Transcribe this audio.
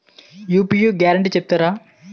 UPI guarantee చెప్తారా?